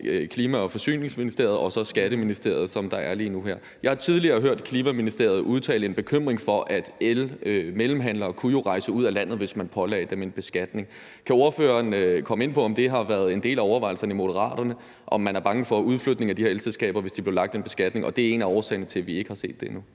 Energi- og Forsyningsministeriet og så Skatteministeriet. Jeg har tidligere hørt Klima-, Energi- og Forsyningsministeriet udtale en bekymring for, at elmellemhandlere jo kunne rejse ud af landet, hvis man pålagde dem en beskatning. Kan ordføreren komme ind på, om det har været en del af overvejelserne hos Moderaterne, altså at man er bange for udflytning af de her elselskaber, hvis der blev lagt en beskatning på, og at det er en af årsagerne til, at vi ikke har set det endnu?